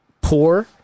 poor